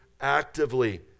actively